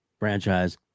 Franchise